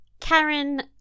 Karen